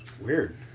Weird